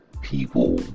People